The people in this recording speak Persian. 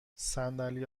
صندلی